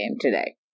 today